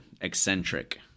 Eccentric